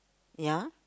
ya